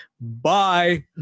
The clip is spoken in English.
Bye